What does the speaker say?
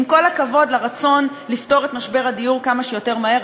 עם כל הכבוד לרצון לפתור את משבר הדיור כמה שיותר מהר,